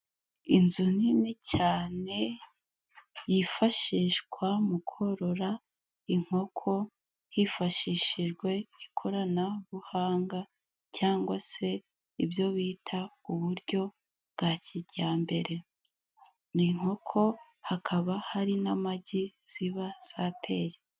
Inzu nini cyane yifashishwa mu korora inkoko, hifashishijwe ikoranabuhanga, cyangwa se ibyo bita ku buryo bwa kijyambere, ni inkoko, hakaba hari n'amagi ziba zateye.